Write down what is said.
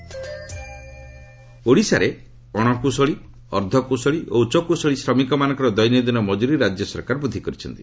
ଓଡ଼ିଶା ଓଡ଼ିଶାରେ ଅଣକୁଶଳୀ ଅର୍ଦ୍ଧକୁଶଳୀ ଓ ଉଚ୍ଚ କୁଶଳୀ ଶ୍ରମିକମାନଙ୍କର ଦୈନଦିନ ମଜୁରୀ ରାଜ୍ୟ ସରକାର ବୃଦ୍ଧି କରିଛନ୍ତି